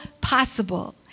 possible